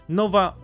nowa